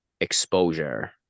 exposure